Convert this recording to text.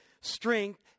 strength